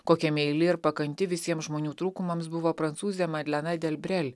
kokia meili ir pakanti visiems žmonių trūkumams buvo prancūzė madlena delbrel